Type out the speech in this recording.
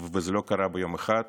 וזה לא קרה ביום אחד.